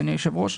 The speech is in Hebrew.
אדוני היושב-ראש,